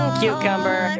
cucumber